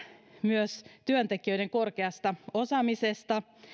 myös työntekijöiden korkeasta osaamisesta